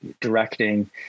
directing